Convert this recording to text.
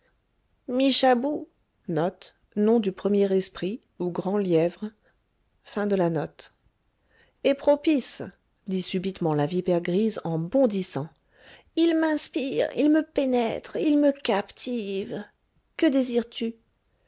est propice dit subitement la vipère grise en bondissant il m'inspire il me pénètre il me captive que désires-tu